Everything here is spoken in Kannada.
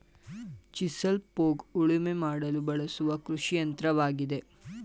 ಚಿಸಲ್ ಪೋಗ್ ಉಳುಮೆ ಮಾಡಲು ಬಳಸುವ ಕೃಷಿಯಂತ್ರವಾಗಿದೆ